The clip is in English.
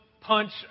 punch